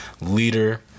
leader